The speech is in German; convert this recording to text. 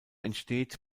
entsteht